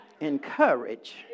Encourage